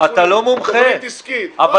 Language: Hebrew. תוכנית עסקית מה ---?